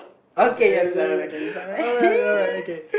okay so you alright alright okay